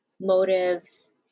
motives